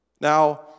Now